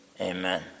Amen